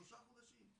שלושה חודשים,